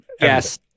yes